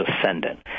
ascendant